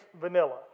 vanilla